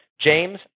james